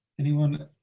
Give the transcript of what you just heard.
anyone